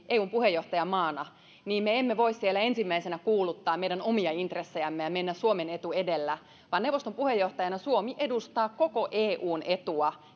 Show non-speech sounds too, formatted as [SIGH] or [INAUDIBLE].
[UNINTELLIGIBLE] eun puheenjohtajamaana niin me emme voi siellä ensimmäisenä kuuluttaa meidän omia intressejämme ja mennä suomen etu edellä vaan neuvoston puheenjohtajana suomi edustaa koko eun etua [UNINTELLIGIBLE]